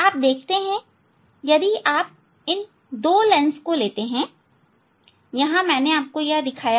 आप देखते हैं यदि आप दो लेंस लेते हैं यहां मैंने आपको यह दिखाया है